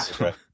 right